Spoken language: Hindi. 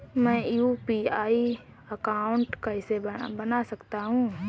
मैं यू.पी.आई अकाउंट कैसे बना सकता हूं?